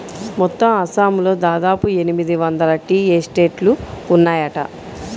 మొత్తం అస్సాంలో దాదాపు ఎనిమిది వందల టీ ఎస్టేట్లు ఉన్నాయట